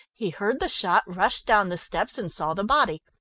he heard the shot, rushed down the steps and saw the body.